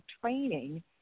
Training